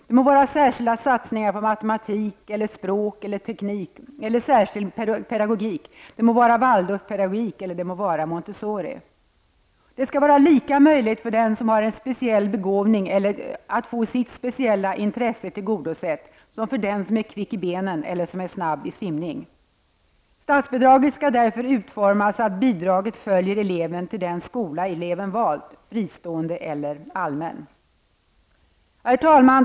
Det må vara särskilda satsningar på matematik, språk, teknik eller särskild pedagogik. Det må vara Det skall vara lika möjligt för den som har en speciell begåvning att få sitt speciella intresse tillgodosett som för den som är kvick i benen eller snabb i simning. Statsbidraget skall därför utformas så att bidraget följer eleven till den skola eleven valt -- fristående eller allmän. Herr talman!